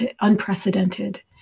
unprecedented